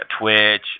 Twitch